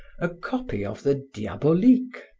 a copy of the diaboliques,